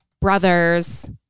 brother's